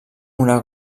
una